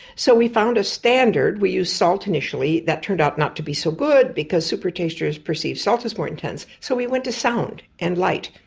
so we found a standard, we used salt initially. that turned out not to be so good because super-tasters perceive salt as more intense, so we went to sound and light.